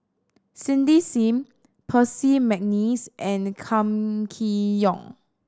Cindy Sim Percy McNeice and Kam Kee Yong